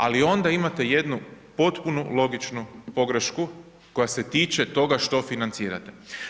Ali onda imate jednu potpuno logičnu pogrešku koja se tiče toga što financirate.